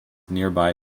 nearby